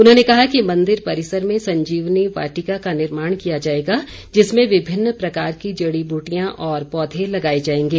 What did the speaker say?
उन्होंने कहा कि मंदिर परिसर में संजीवनी वाटिका का निर्माण किया जाएगा जिसमें विभिन्न प्रकार की जड़ी बूटियां और पौधे लगाए जाएंगे